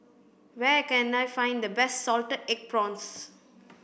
where can I find the best salted egg prawns